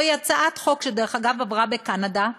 זוהי הצעת חוק שדרך אגב עברה בקנדה,